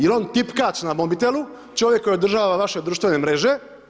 Jel' on tipkač na mobitelu čovjek koji održava vaše društvene mreže?